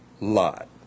Lot